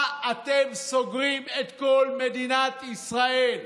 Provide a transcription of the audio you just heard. מה אתם סוגרים את כל מדינת ישראל?